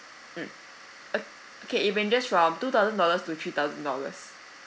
mm okay it ranges from two thousand dollars to three thousand dollars